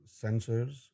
sensors